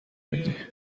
میدی